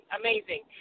amazing